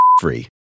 free